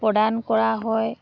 প্ৰদান কৰা হয়